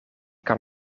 kan